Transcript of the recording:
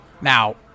now